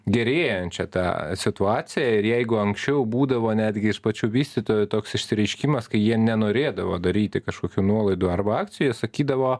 gerėjančią tą situaciją ir jeigu anksčiau būdavo netgi jis pačių vystytojų toks išsireiškimas kai jie nenorėdavo daryti kažkokių nuolaidų arba akcijų jie sakydavo